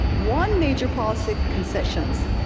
won major policy concessions,